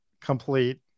complete